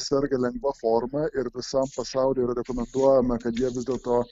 serga lengva forma ir visam pasauliui yra rekomenduojama kad jie vis dėl to